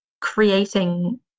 creating